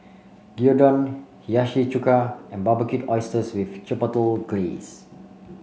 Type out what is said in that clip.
Gyudon Hiyashi Chuka and Barbecued Oysters with Chipotle Glaze